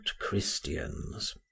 christians